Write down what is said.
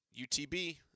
UTB